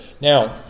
Now